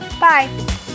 Bye